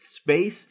Space